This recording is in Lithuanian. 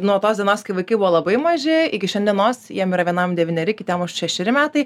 nuo tos dienos kai vaikai buvo labai maži iki šiandienos jiem yra vienam devyneri kitiem šešeri metai